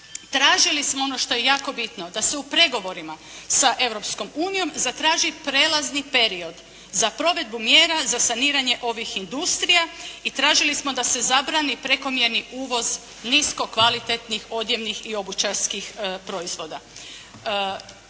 Tražili smo ono što je jako bitno da se u pregovorima sa Europskom unijom zatraži prelazni period za provedbu mjera za saniranje ovih industrija i tražili smo da se zabrani prekomjerni uvoz niskokvalitetnih odjevnih i obućarskih proizvoda.